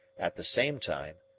at the same time,